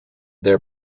their